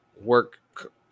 work